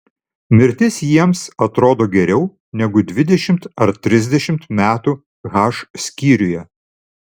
mirtis jiems atrodo geriau negu dvidešimt ar trisdešimt metų h skyriuje